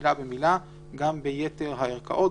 מילה במילה, גם ביתר הערכאות.